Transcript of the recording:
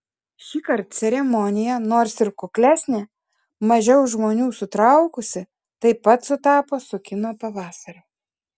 šįkart ceremonija nors ir kuklesnė mažiau žmonių sutraukusi taip pat sutapo su kino pavasariu